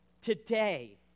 Today